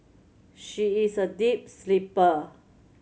she is a deep sleeper